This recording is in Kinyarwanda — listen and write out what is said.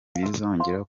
ntibizongera